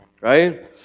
Right